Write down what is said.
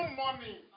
money